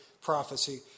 prophecy